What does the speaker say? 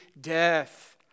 Death